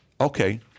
okay